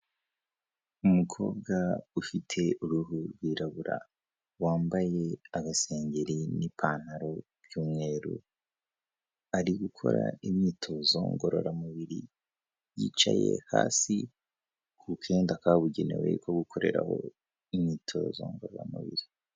Umukobwa ufite uruhu rwirabura, wambaye agasengeri n'ipantaro by'umweru, ari gukora imyitozo ngororamubiri, yicaye hasi ku kenda kabugenewe ko gukoreraho imyitozo ngororamubiri.